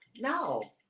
no